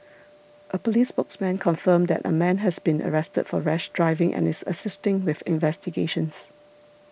a police spokesman confirmed that a man has been arrested for rash driving and is assisting with investigations